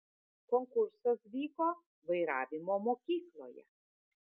konkursas vyko vairavimo mokykloje